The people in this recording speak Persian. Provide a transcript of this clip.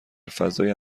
فضای